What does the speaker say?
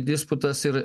disputas ir